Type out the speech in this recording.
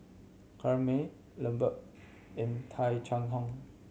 Corrinne May Lambert and Tung Chye Hong